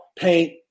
Paint